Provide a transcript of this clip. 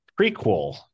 prequel